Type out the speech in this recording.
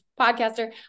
podcaster